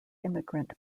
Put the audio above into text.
immigrant